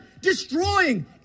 destroying